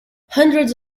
hundreds